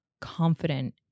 confident